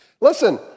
Listen